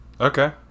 okay